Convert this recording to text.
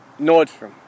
Nordstrom